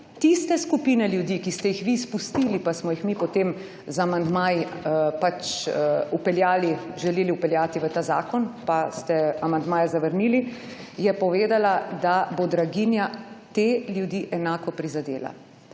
tiste skupine ljudi, ki ste jih vi izpustili pa smo jih mi, potem z amandmaji pač vpeljali želeli vpeljati v ta zakon pa ste amandmaje zavrnili je povedala, da bo draginja te ljudi enako prizadela.